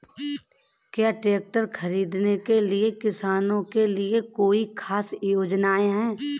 क्या ट्रैक्टर खरीदने के लिए किसानों के लिए कोई ख़ास योजनाएं हैं?